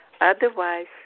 Otherwise